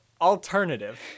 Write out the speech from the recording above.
Alternative